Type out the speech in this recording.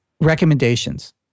Recommendations